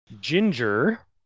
Ginger